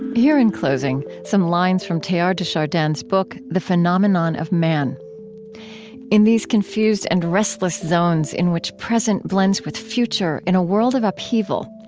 here in closing, some lines from teilhard de chardin's book the phenomenon of man in these confused and restless zones in which present blends with future in a world of upheaval,